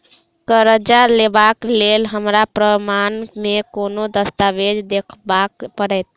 करजा लेबाक लेल हमरा प्रमाण मेँ कोन दस्तावेज देखाबऽ पड़तै?